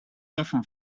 often